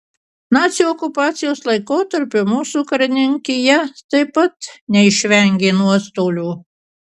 nacių okupacijos laikotarpiu mūsų karininkija taip pat neišvengė nuostolių